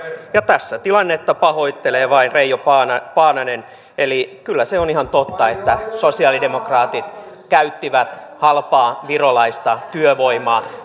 ja tässä tilannetta pahoittelee vain reijo paananen paananen eli kyllä se on ihan totta että sosialidemokraatit käyttivät halpaa virolaista työvoimaa